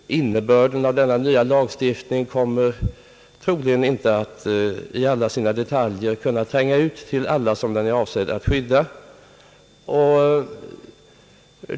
Innebörden av denna nya lagstiftning kommer troligen inte att i alla sina detaljer kunna tränga ut till samtliga som det har varit meningen att skydda.